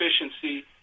efficiency